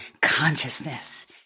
consciousness